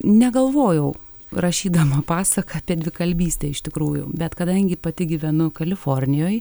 negalvojau rašydama pasaką apie dvikalbystę iš tikrųjų bet kadangi pati gyvenu kalifornijoj